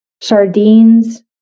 sardines